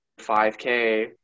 5K